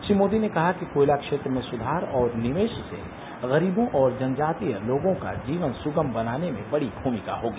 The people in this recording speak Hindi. श्री मोदी ने कहा कि कोयला क्षेत्र में सुधार और निवेश से गरीबों और जनजातीय लोगों का जीवन सुगम बनाने में बड़ी भूमिका होगी